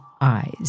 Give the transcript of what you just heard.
eyes